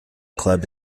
club